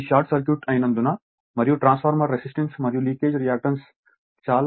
ఇది short circuit అయినందున మరియు ట్రాన్స్ఫార్మర్ రెసిస్టెన్స్ మరియు లీకేజ్ రియాక్టన్స్ చాలా చిన్న పరిమాణంలో ఉంటాయి